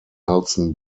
nelson